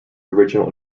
original